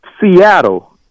Seattle